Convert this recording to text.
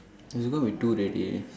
it's going to be two already